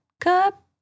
cup